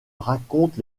raconte